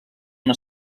una